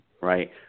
right